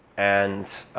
and